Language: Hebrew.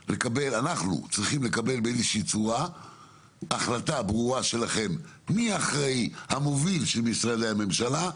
אנחנו צריכים לקבל מכם החלטה ברורה מי המוביל מבין משרדי הממשלה,